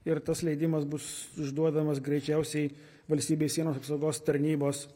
ir tas leidimas bus išduodamas greičiausiai valstybės sienos apsaugos tarnybos